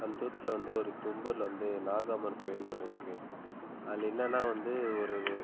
அந் தூரத்தில் வந்து ஒரு தும்பரில் வந்து நாகம்மன் கோவில்னு ஒன்று இருக்குது அதில் என்னென்னா வந்து ஒரு